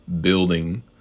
building